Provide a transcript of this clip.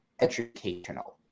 educational